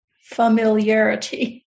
familiarity